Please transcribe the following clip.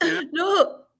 No